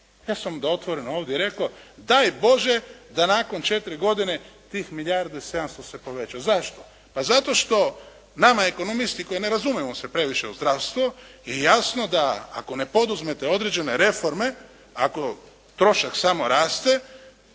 Ja sam otvoreno onda ovdje rekao daj Bože da nakon četiri godine tih milijardu i 700 se poveća. Zašto? Pa zato što nama ekonomisti koji ne razumijemo se previše u zdravstvo je jasno da ako ne poduzmete određene reforme, ako trošak samo raste,